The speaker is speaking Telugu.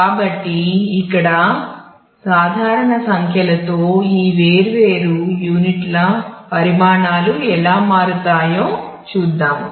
కాబట్టి ఇక్కడ సాధారణ సంఖ్యల తో ఈ వేర్వేరు యూనిట్ల పరిమాణాలు ఎలా మారుతాయో చూద్దాము